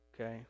Okay